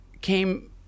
came